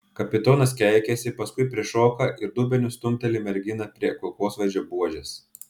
kapitonas keikiasi paskui prišoka ir dubeniu stumteli merginą prie kulkosvaidžio buožės